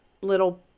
little